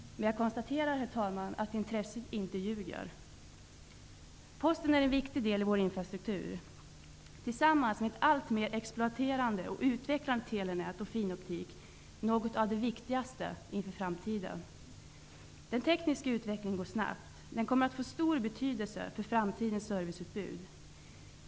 Men jag konstaterar, herr talman, att intresset inte ljuger. Posten är en viktig del i vår infrastruktur. Tillsammans med ett alltmer exploaterat och utvecklat telenät och finoptik är Posten något av det viktigaste inför framtiden. Den tekniska utvecklingen går snabbt. Den kommer att få stor betydelse för framtidens serviceutbud.